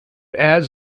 adds